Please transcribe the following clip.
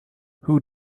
who